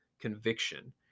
conviction